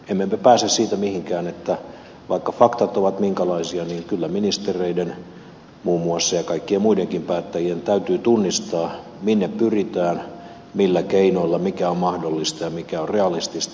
emme me pääse siitä mihinkään että vaikka faktat ovat minkälaisia niin kyllä ministereiden muun muassa ja kaikkien muidenkin päättäjien täytyy tunnistaa minne pyritään millä keinoilla mikä on mahdollista ja mikä on realistista